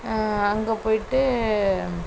அங்கே போயிவிட்டு